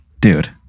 dude